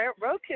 roku